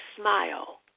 smile